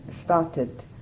started